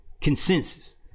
consensus